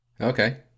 okay